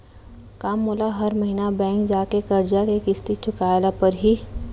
का मोला हर महीना बैंक जाके करजा के किस्ती चुकाए ल परहि?